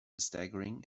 staggering